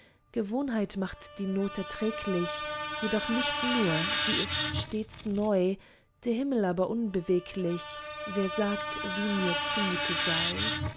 gewohnheit macht die not erträglich jedoch nicht mir sie ist stets neu der himmel aber unbeweglich wer sagt wie mir zumute sei